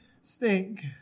stink